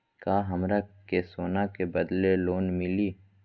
का हमरा के सोना के बदले लोन मिलि?